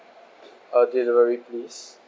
uh delivery please